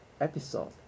episode